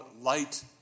light